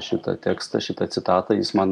šitą tekstą šitą citatą jis man